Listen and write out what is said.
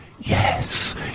Yes